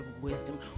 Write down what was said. wisdom